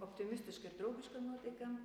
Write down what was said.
optimistiška ir draugiška nuotaika